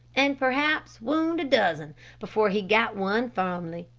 and perhaps wound a dozen before he got one firmly.